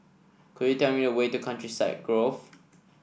could you tell me the way to Countryside Grove